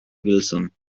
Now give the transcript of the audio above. wilson